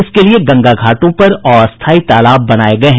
इसके लिए गंगा घाटों पर अस्थायी तालाब बनाये गये हैं